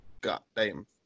goddamn